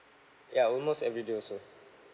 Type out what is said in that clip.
yeah almost everyday also